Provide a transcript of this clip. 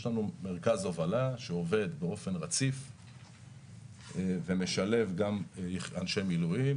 יש לנו מרכז הובלה שעובד באופן רציף ומשלב גם אנשי מילואים,